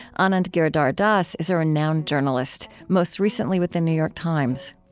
anand giridharadas is a renowned journalist, most recently with the new york times.